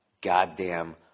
goddamn